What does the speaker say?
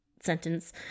sentence